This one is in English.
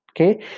Okay